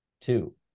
Two